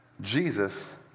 Jesus